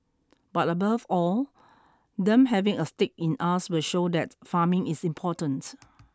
but above all them having a stake in us will show that farming is important